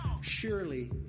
Surely